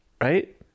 Right